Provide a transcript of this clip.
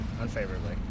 Unfavorably